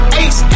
ace